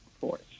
force